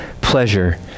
pleasure